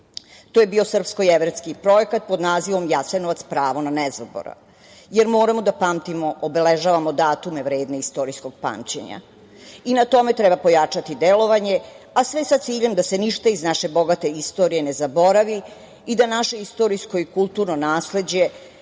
To je bio srpsko-jevrejski projekat pod nazivom „Jasenovac - pravo na nezaborav“, jer moramo da pamtimo, obeležavamo datume vredne istorijskog pamćenja. Na tome treba pojačati delovanje, a sve sa ciljem da se ništa iz naše bogate istorije ne zaboravi i da našoj istorijsko, kulturno nasleđe,